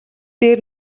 дээр